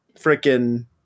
freaking –